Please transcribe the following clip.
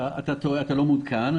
אתה לא מעודכן.